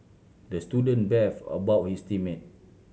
the student beefed about his team mate